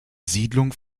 siedlung